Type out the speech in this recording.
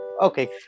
Okay